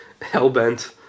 Hellbent